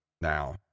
now